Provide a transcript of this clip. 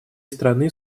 страны